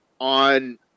on